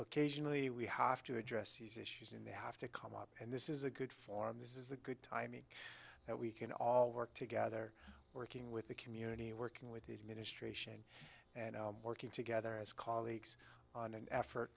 occasionally we have to address these issues in they have to come up and this is a good forum this is the good time that we can all work together working with the community working with the administration and working together as colleagues on an effort